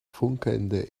funkelnde